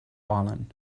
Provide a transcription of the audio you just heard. volen